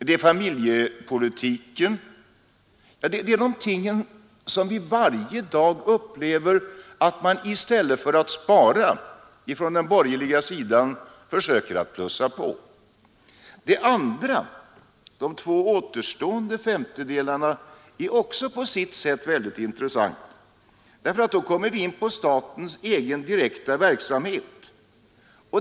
Det gäller alltså de områden där vi varje dag upplever att man i stället för att spara från den borgerliga sidan försöker att plussa på. De två återstående femtedelarna är också på sikt sett intressanta, därför att då kommer vi in på statens egen direkta verksamhet.